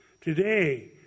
Today